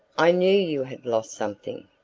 i knew you had lost something!